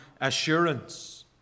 assurance